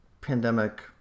pandemic